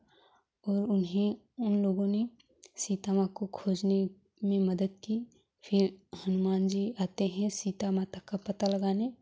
और उन्हें उन लोगों ने सीता माँ को खोजने में मदद की फिर हनुमान जी आते हैं सीता माता का पता लगाने